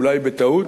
אולי בטעות,